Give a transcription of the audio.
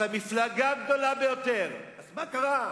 את המפלגה הגדולה ביותר, אז מה קרה?